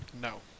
No